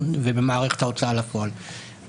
פעלנו בהתאם לדין.